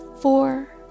four